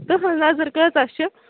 تٕہٕنٛز نظر کۭژاہ چھِ